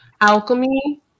alchemy